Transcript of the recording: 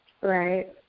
Right